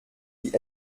die